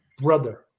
brother